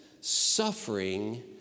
suffering